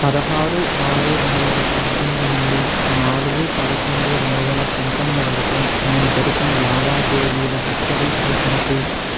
పదహారు ఆరు రెండువేల పద్దెనిమిది నుండి నాలుగు పదకొండు రెండువేల పంతొమ్మిది వరకు నేను జరిపిన లావాదేవీల హిస్టరీ చూపించు